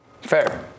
Fair